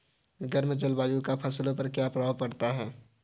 गर्म जलवायु का फसलों पर क्या प्रभाव पड़ता है?